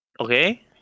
Okay